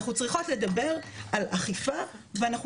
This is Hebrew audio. אנחנו צריכות לדבר על אכיפה ואנחנו